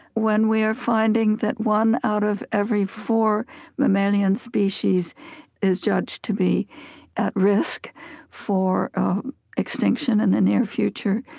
when we're finding that one out of every four mammalian species is judged to be at risk for extinction in the near future,